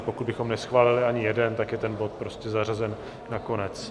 Pokud bychom neschválili ani jeden, tak je ten bod zařazen nakonec.